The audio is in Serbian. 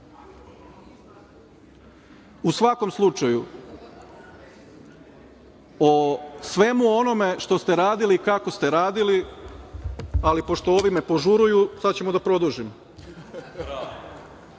svakom slučaju, o svemu onome što ste radili i kako ste radili, ali pošto me ovi požuruju, sad ćemo da produžimo.